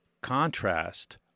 contrast